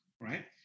Right